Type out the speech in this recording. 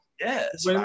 Yes